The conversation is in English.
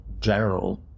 general